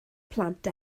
plant